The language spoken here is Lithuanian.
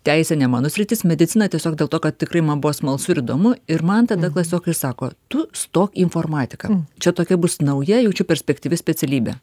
teisė ne mano sritis medicina tiesiog dėl to kad tikrai man buvo smalsu ir įdomu ir man tada klasiokai sako tu stok į informatiką čia tokia bus nauja jaučiu perspektyvi specialybė